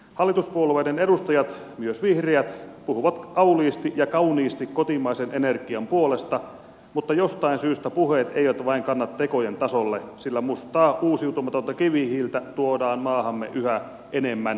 hallituspuolueiden edustajat myös vihreät puhuvat auliisti ja kauniisti kotimaisen energian puolesta mutta jostain syystä puheet eivät vain kanna tekojen tasolle sillä mustaa uusiutumatonta kivihiiltä tuodaan maahamme yhä enemmän ja enemmän